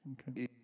Okay